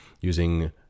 using